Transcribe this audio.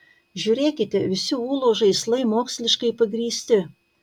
žiūrėkite visi ūlos žaislai moksliškai pagrįsti